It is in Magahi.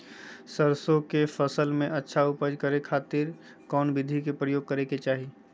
सरसों के फसल में अच्छा उपज करे खातिर कौन विधि के प्रयोग करे के चाही?